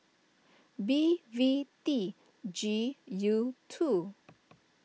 B V T G U two